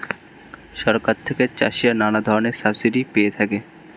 সরকার থেকে চাষিরা নানা ধরনের সাবসিডি পেয়ে থাকে